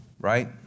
right